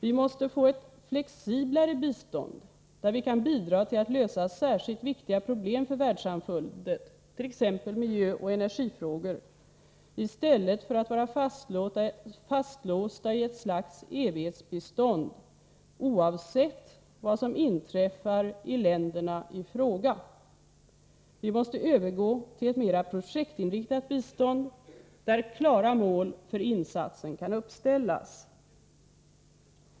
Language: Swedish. Vi måste få ett flexiblare bistånd, där vi kan bidra till att lösa särskilt viktiga problem för världssamfundet, t.ex. miljöoch energifrågor, i stället för att vara fastlåsta i ett slags evighetsbistånd, oavsett vad som inträffar i länderna i fråga. Vi måste övergå till ett mera projektinriktat bistånd, där klara mål för insatsen kan uppställas.